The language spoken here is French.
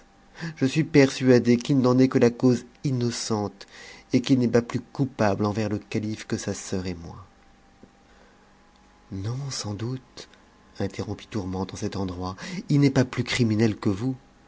je suis persuadée qu'il n'en est que la cause innocente et qu'il n'est pas plus coupable envers le calife que sa sœur et moi non sans doute interrompit tourmente en cet endroit il n'est pas plus criminel que vous